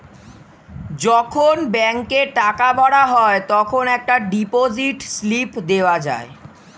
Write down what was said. যখন ব্যাংকে টাকা ভরা হয় তখন একটা ডিপোজিট স্লিপ দেওয়া যায়